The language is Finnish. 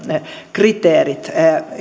kriteerit